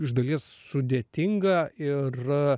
iš dalies sudėtinga ir